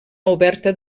oberta